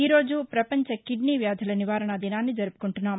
ఈ రోజు ప్రపంచ కిడ్నీ వ్యాధుల నివారణా దినాన్ని జరుపుకుంటున్నాం